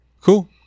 Cool